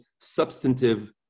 substantive